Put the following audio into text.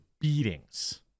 beatings